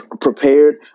prepared